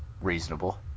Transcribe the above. Reasonable